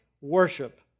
worship